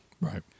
Right